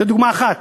זו דוגמה אחת.